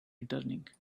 returning